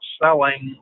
selling